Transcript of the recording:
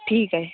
ठीक आहे